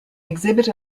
exhibit